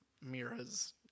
mira's